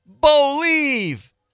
believe